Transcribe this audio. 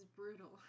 brutal